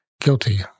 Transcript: guilty